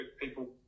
people